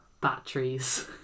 Batteries